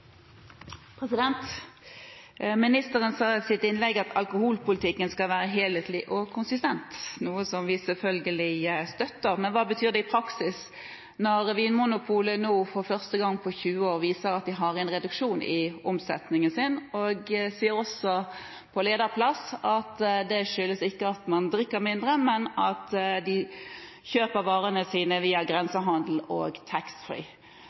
konsistent – noe vi selvfølgelig støtter – men hva betyr det i praksis? Når Vinmonopolet for første gang på 20 år viser at de har en reduksjon i omsetningen sin, og også sier på lederplass at det ikke skyldes at man drikker mindre, men at man kjøper varene sine via grensehandel og taxfree,